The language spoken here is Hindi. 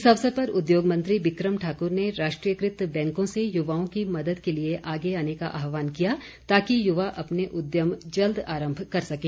इस अवसर पर उद्योगमंत्री बिक्रम ठाक्र ने राष्ट्रीयकृत बैंकों से युवाओं की मदद के लिए आगे आने का आहवान किया ताकि युवा अपने उद्यम जल्द आरम्भ कर सकें